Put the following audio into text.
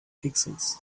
pixels